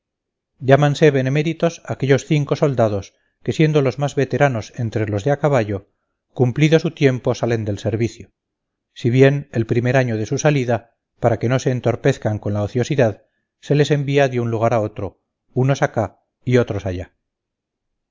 llámanse beneméritos aquellos cinco soldados que siendo los más veteranos entre los de a caballo cumplido su tiempo salen del servicio si bien el primer año de su salida para que no se entorpezcan con la ociosidad se les envía de un lugar a otro unos acá y otros allá